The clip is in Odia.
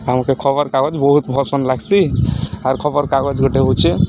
ଆମ୍କେ ଖବର୍କାଗଜ୍ ବହୁତ୍ ପସନ୍ଦ୍ ଲାଗ୍ସି ଆର୍ ଖବର୍କାଗଜ୍ ଗୁଟେ ହଉଛେ